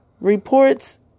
reports